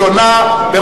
נתקבלו.